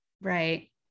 Right